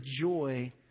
joy